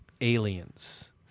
aliens